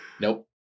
Nope